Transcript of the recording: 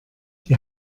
die